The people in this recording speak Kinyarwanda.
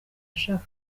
nshaka